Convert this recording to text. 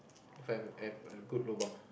if I'm have a good lobang